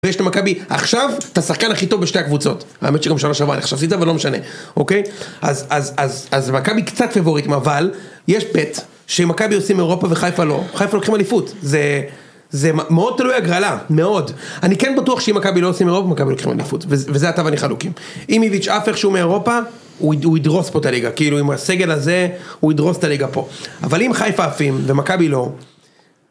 ויש את המכבי, עכשיו אתה שחקן הכי טוב בשתי הקבוצות. האמת שגם שעברה עם איך שעשית.. אבל לא משנה, אוקיי? אז.. אז.. אז.. אז מכבי קצת פבוריטית, אבל, יש פט, שמכבי עושים אירופה וחיפה לא, חיפה לוקחים אליפות. זה, זה מאוד תלוי הגרלה, מאוד. אני כן בטוח שאם מכבי לא עושים אירופה ומכבי לוקחים אליפות, וזה אתה ואני חלוקים. אם יביץ' עף איכשהו מאירופה, הוא יד.. ידרוס פה את הליגה, כאילו עם הסגל הזה, הוא ידרוס את הליגה פה. אבל אם חיפה עפים, ומכבי לא,